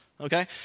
okay